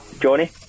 Johnny